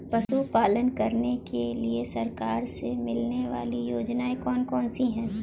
पशु पालन करने के लिए सरकार से मिलने वाली योजनाएँ कौन कौन सी हैं?